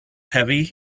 heavy